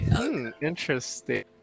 Interesting